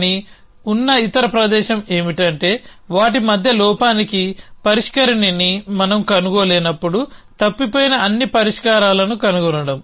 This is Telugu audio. కానీ ఉన్న ఇతర ప్రదేశం ఏమిటంటే వాటి మధ్య లోపానికి పరిష్కరిణిని మనం కనుగొనలేనప్పుడు తప్పిపోయిన అన్ని పరిష్కారాలను కనుగొనడం